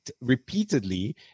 repeatedly